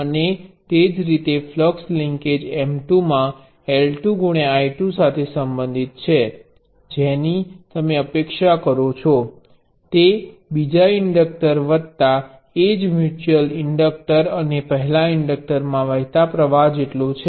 અને તે જ રીતે ફ્લક્સ લિન્કેજ M2 મા L 2 I 2 સાથે સંબંધિત છે જેની તમે અપેક્ષા કરો છો તે બીજા ઇન્ડક્ટર વતા એ જ મ્યુચ્યુઅલ ઇન્ડક્ટર અને પહેલા ઈન્ડકટરમાં વહેતા પ્રવાહ જેટલો છે